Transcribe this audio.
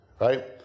right